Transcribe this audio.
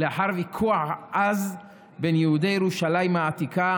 לאחר ויכוח עז בין יהודי ירושלים העתיקה